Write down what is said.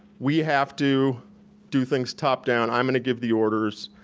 we have to do things top down. i'm gonna give the orders,